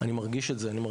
אני מרגיש את זה בפועל,